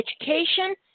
education